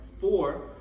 Four